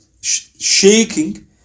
shaking